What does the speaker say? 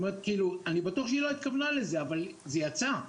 אני בטוח שהיא לא התכוונה לזה, אבל זה יצא.